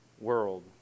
world